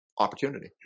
opportunity